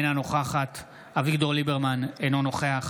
אינה נוכחת אביגדור ליברמן, אינו נוכח